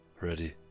ready